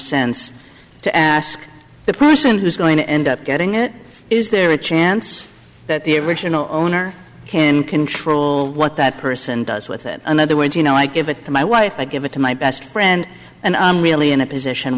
sense to ask the person who's going to end up getting it is there a chance that the original owner can control what that person does with it another way you know i give it to my wife i give it to my best friend and i'm really in a position